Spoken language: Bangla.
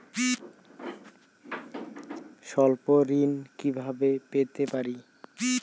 স্বল্প ঋণ কিভাবে পেতে পারি?